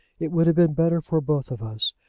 it would have been better for both of us.